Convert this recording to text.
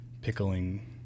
pickling